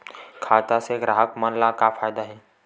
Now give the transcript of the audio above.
खाता से ग्राहक मन ला का फ़ायदा हे?